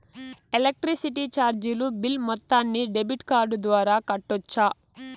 Electricity చార్జీలు bill మొత్తాన్ని debit card ద్వారా కట్టొచ్చా?